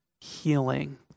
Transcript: healing